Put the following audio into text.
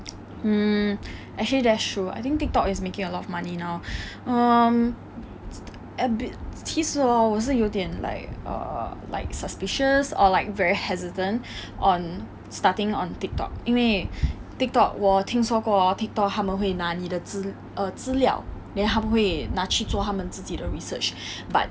mm actually that's true I think Tiktok is making a lot of money now um err but 其实 hor 我是有点 like err like suspicious or like very hesitant on starting on Tiktok 因为 Tiktok 我听说过 hor Tiktok 他们会拿你的资 err 资料 then 他们会拿去做他们自己的 research but